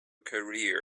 career